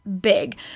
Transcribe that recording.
big